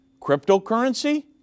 cryptocurrency